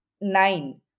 nine